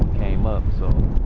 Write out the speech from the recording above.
came up, so.